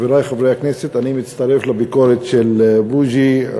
חברי חברי הכנסת, אני מצטרף לביקורת של בוז'י.